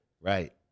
right